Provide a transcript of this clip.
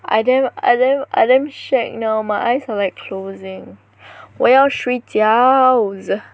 I damn I damn I damn shag now my eyes are like closing 我要睡觉